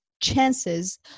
chances